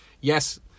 Yes